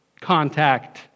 contact